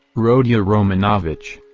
rodya romanovitch.